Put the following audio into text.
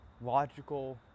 logical